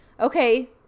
okay